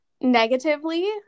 negatively